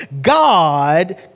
God